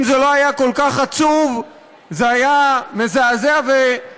אם זה לא היה כל כך עצוב זה היה מזעזע ומקומם.